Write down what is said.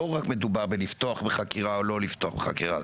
לא רק מדובר בלפתוח בחקירה או לא לפתוח בחקירה.